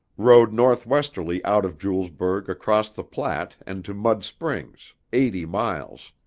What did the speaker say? rode northwesterly out of julesburg across the platte and to mud springs, eighty miles.